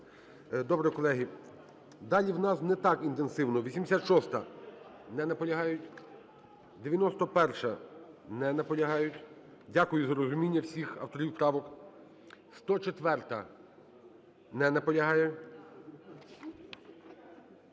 Добре, колеги. Далі в нас не так інтенсивно. 86-а. Не наполягають. 91-а. Не наполягають. Дякую за розуміння всіх авторів правок. 104-а. Не наполягає.